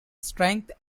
strength